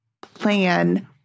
plan